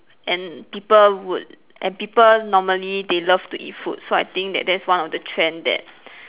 and people would and people normally they love to eat food so I think that that's one of the trend that